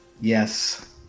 Yes